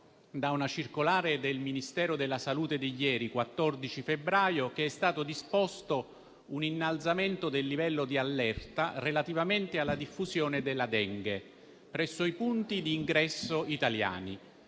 da una circolare del Ministero della salute di ieri, 14 febbraio, che è stato disposto un innalzamento del livello di allerta relativamente alla diffusione della Dengue*,* presso i punti di ingresso italiani.